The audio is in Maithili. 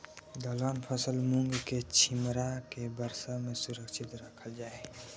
दलहन फसल मूँग के छिमरा के वर्षा में सुरक्षित राखल जाय?